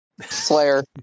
Slayer